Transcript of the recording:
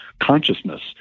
consciousness